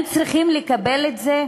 הם צריכים לקבל את זה?